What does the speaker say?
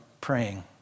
praying